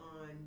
on